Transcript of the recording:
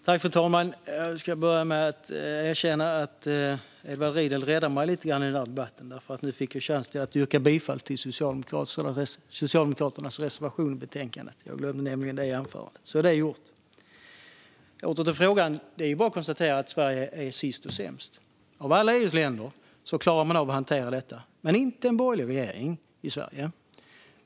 Fru talman! Jag ska börja med att erkänna att Edward Riedl vann lite grann i debatten, för nu fick jag chans att yrka bifall till Socialdemokraternas reservation i betänkandet. Jag glömde nämligen det i anförandet. Så är det gjort! Åter till frågan. Det är bara att konstatera att Sverige är sist och sämst. I alla EU:s länder klarar man av att hantera detta. Men inte en borgerlig regering i Sverige.